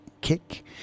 Kick